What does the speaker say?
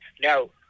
No